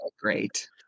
great